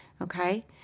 okay